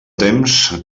temps